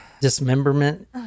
dismemberment